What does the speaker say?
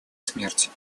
смерть